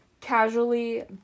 Casually